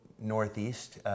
Northeast